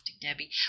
Debbie